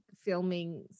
filming